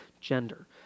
gender